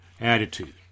attitude